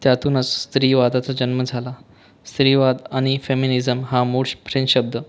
त्यातूनच स्त्रीवादाचा जन्म झाला स्त्रीवाद आणि फेमिनिजम हा मूळ श फ्रेंच शब्द